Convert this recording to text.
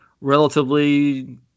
relatively